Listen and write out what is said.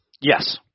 Yes